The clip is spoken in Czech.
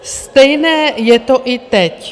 Stejné je to i teď.